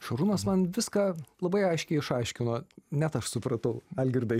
šarūnas man viską labai aiškiai išaiškino net aš supratau algirdai